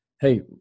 Hey